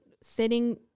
setting